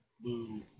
blue